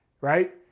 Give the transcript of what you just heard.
right